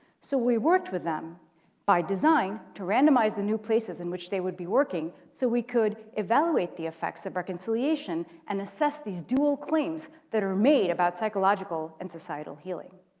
so we worked with them by design to randomize the new places in which they would be working so we could evaluate the effects of reconciliation and assess these dual claims that are made about psychological and societal healing.